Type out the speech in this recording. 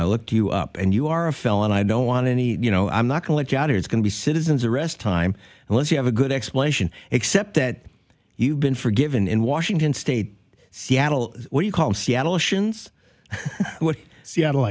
i looked you up and you are a felon i don't want any you know i'm not to let you out it's going to be citizens arrest time unless you have a good explanation except that you've been forgiven in washington state seattle what you called seattle sions what seattle